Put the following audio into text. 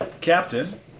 Captain